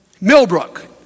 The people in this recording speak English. Millbrook